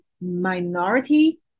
minority